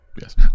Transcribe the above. Yes